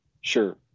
Sure